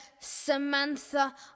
Samantha